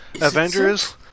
Avengers